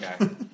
Okay